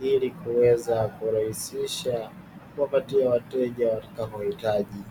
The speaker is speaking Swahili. ili kuweza kurahisisha kuwapatia wateja watakapohitaji.